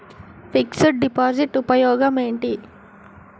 Fix డ్ deposit ఉపయోగం ఏంటి?